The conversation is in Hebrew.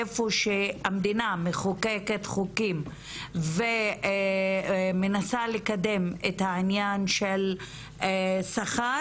איפה שהמדינה מחוקקת חוקים ומנסה לקדם את העניין של שכר